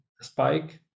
spike